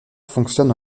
fonctionne